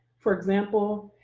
for example,